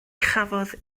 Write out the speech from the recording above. chafodd